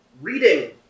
reading